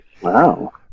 Wow